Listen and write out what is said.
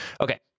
okay